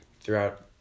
Throughout